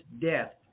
death